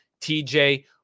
TJ